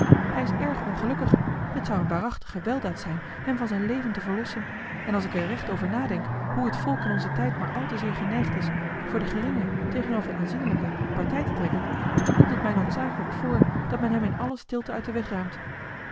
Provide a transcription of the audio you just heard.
hij is erg ongelukkig het zou een waarachtige weldaad zijn hem van zijn leven te verlossen en als ik er recht over nadenk hoe het volk in onzen tijd maar al te zeer geneigd is voor de geringen tegenover de aanzienlijken partij te trekken dan komt het mij noodzakelijk voor dat men hem in alle stilte uit den weg ruimt